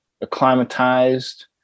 acclimatized